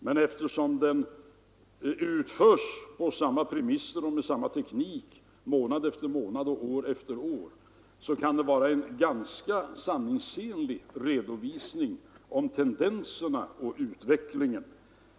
Men eftersom den utförs på samma premisser och med samma teknik månad efter månad och år efter år är den en ganska sanningsenlig redovisning av tendenserna i utvecklingen.